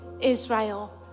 Israel